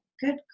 good